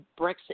Brexit